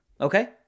Okay